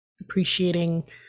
Appreciating